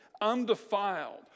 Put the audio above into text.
undefiled